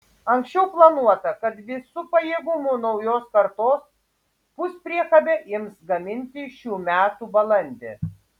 anksčiau planuota kad visu pajėgumu naujos kartos puspriekabę ims gaminti šių metų balandį